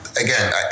again